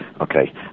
Okay